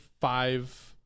five